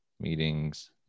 meetings